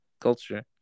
culture